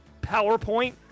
PowerPoint